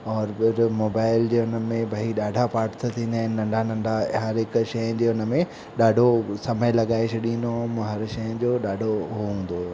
और ॿिए जे मोबाइल में भई ॾाढा पार्टस थींदा आहिनि नंढा नंढा हर हिक शइ जे हुनमें ॾाढो समय लॻाए छॾींदो हुयुमि हर शइ जो ॾाढो हो हूंदो हो